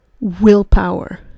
willpower